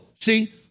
see